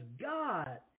God